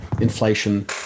inflation